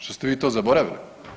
Šta ste vi to zaboravili?